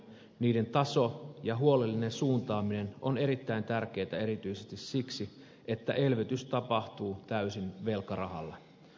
niiden taso ja huolellinen suuntaaminen on erittäin tärkeätä erityisesti siksi että elvytys tapahtuu täysin velkarahalla